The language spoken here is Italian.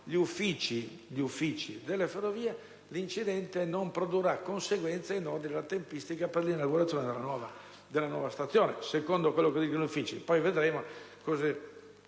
gli uffici delle Ferrovie, l'incidente non produrrà conseguenze in ordine alla tempistica per la inaugurazione della nuova stazione. Questo secondo quanto sostengono gli uffici: poi vedremo cosa